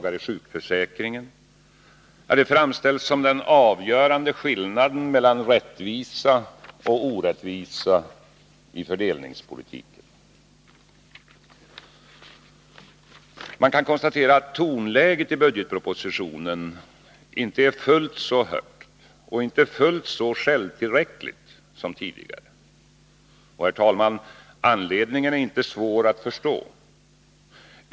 ringen — framställs som den avgörande skillnaden mellan rättvisa och orättvisa i fördelningspolitiken. Man kan dock konstatera att tonläget i budgetpropositionen inte är fullt så högt och fullt så självtillräckligt som tidigare. Anledningen är inte svår att förstå.